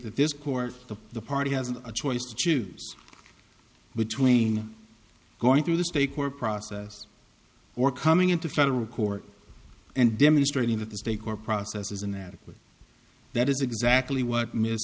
that this court of the party has a choice to choose between going through the stake or process or coming into federal court and demonstrating that this decor process is inadequate that is exactly what m